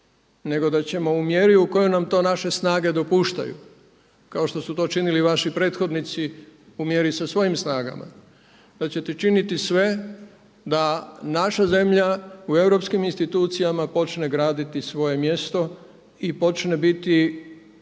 nego da ćemo u mjeri u kojoj nam to naše snage dopuštaju, kao što su to činili i vaši prethodnici u mjeri sa svojim snagama da ćete činiti sve da naša zemlja u europskim institucijama počne graditi svoje mjesto i počne biti